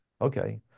Okay